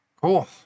Cool